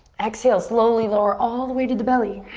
exhale, slowly lower all the way to the belly.